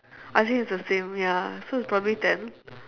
I think it's the same ya so it's probably ten